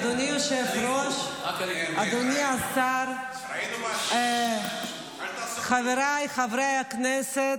אדוני היושב-ראש, אדוני השר, חבריי חברי הכנסת,